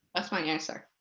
that's my answer.